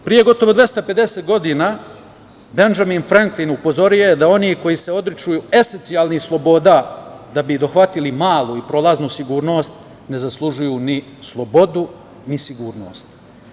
Pre gotovo 250 godina Bendžamin Freklin je upozorio da oni koji se odriču esencijalnih sloboda da bi dohvatili malu i prolaznu sigurnost ne zaslužuju ni slobodu, ni sigurnost.